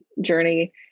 journey